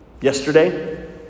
yesterday